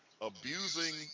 abusing